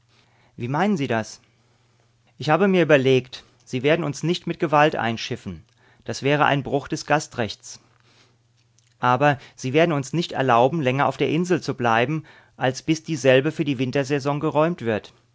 wie meinen sie das ich habe mir überlegt sie werden uns nicht mit gewalt einschiffen das wäre ein bruch des gastrechts aber sie werden uns nicht erlauben länger auf der insel zu bleiben als bis dieselbe für die wintersaison geräumt wird